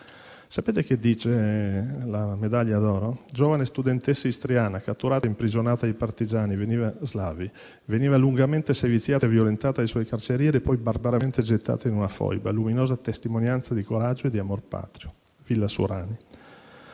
Sapete cosa dice la medaglia d'oro? Così recita: «Giovane studentessa istriana, catturata e imprigionata dai partigiani slavi, veniva lungamente seviziata e violentata dai suoi carcerieri e poi barbaramente gettata in una foiba. Luminosa testimonianza di coraggio e di amor patrio. Villa Surani».